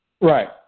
Right